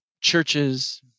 churches